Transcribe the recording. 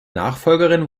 nachfolgerin